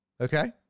Okay